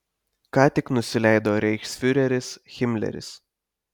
ką tik nusileido reichsfiureris himleris